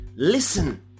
Listen